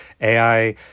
AI